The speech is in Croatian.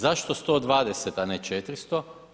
Zašto 120, a ne 400?